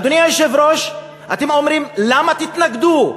אדוני היושב-ראש, אתם אומרים: למה תתנגדו?